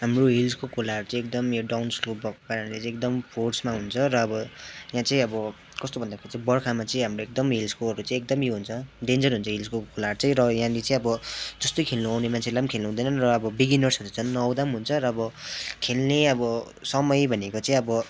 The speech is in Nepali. हाम्रो हिल्सको खोलाहरू चाहिँ एकदम यो डाउन स्लोप भएको कारणले चाहिँ एकदम फोर्समा हुन्छ र अबो यहाँ चाहिँ अबो कस्तो भन्दाखेरि चाहिँ बर्खामा चाहिँ हाम्रो एकदम हिल्सकोहरू चाहिँ उयो हुन्छ डेन्जर हुन्छ हिल्सको खोलाहरू चाहिँ र यहाँनिर चाहिँ अब जस्तै खेल्नु आउने मान्छेलाई पनि खेल्नु हुँदैनन् र अब बिगिनर्सहरू त झन् नआउँदा पनि हुन्छ र अब खेल्ने अब समय भनेको चाहिँ अब